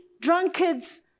drunkards